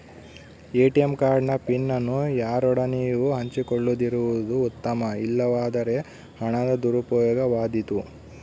ATM card ನ PIN ಅನ್ನು ಯಾರೊಡನೆಯೂ ಹಂಚಿಕೊಳ್ಳದಿರುವುದು ಉತ್ತಮ, ಇಲ್ಲವಾದರೆ ಹಣದ ದುರುಪಯೋಗವಾದೀತು